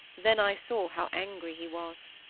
then i saw how angry he was.